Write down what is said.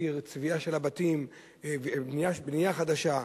צביעה של הבתים, בנייה חדשה.